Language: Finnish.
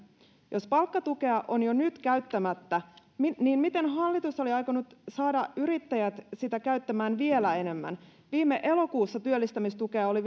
jos palkkatukea on jo nyt käyttämättä niin miten hallitus on aikonut saada yrittäjät sitä käyttämään vielä enemmän viime elokuussa työllistämistukea oli